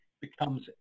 becomes